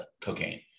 cocaine